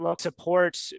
support